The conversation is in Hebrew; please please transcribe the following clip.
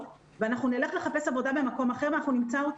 ואנחנו נלך לחפש עבודה במקום אחר ואנחנו נמצא אותה,